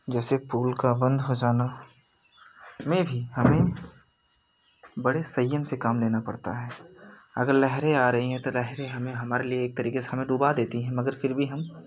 जैसे पूल का बंद हो जाना में भी हमें बड़े संयम से काम लेना पड़ता है अगर लहरें आ रही हैं तो लहरें हमें हमारे लिए एक तरीके से हमें डूबा देती हैं मगर फिर भी हम